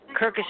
Kirkus